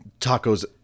tacos